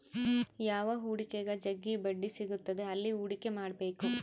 ಯಾವ ಹೂಡಿಕೆಗ ಜಗ್ಗಿ ಬಡ್ಡಿ ಸಿಗುತ್ತದೆ ಅಲ್ಲಿ ಹೂಡಿಕೆ ಮಾಡ್ಬೇಕು